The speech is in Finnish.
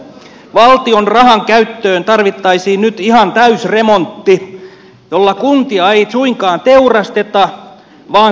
valtion rahankäyttöön tarvittaisiin nyt ihan täysremontti jolla kuntia ei suinkaan teurasteta vaan saadaan kunnat kuntoon